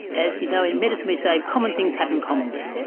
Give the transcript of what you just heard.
as you know, in medicine we say common things happen commonly,